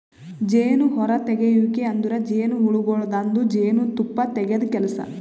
ಜೇನು ಹೊರತೆಗೆಯುವಿಕೆ ಅಂದುರ್ ಜೇನುಹುಳಗೊಳ್ದಾಂದು ಜೇನು ತುಪ್ಪ ತೆಗೆದ್ ಕೆಲಸ